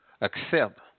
accept